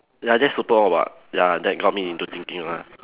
ya that's super or what ya that got me into thinking lah